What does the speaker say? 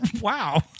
wow